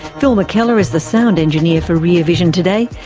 phil mckellar is the sound engineer for rear vision today.